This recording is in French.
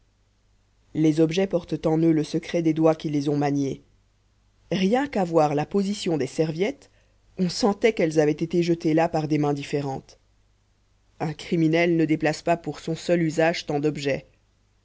les objets portent en eux le secret des doigts qui les ont maniés rien qu'à voir la position des serviettes on sentait qu'elles avaient été jetées là par des mains différentes un criminel ne déplace pas pour son seul usage tant d'objets